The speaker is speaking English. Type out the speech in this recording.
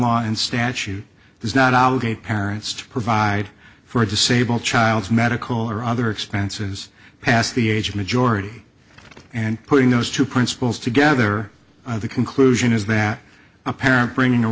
law and statute does not obligate parents to provide for a disabled child's medical or other expenses past the age of majority and putting those two principles together the conclusion is that a parent bringing